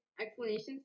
Explanations